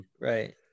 right